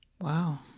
Wow